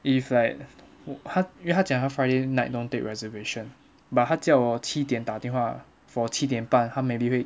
if like 他因为他讲他 friday night don't take reservation but 他叫我七点打电话 for 七点半他 maybe 会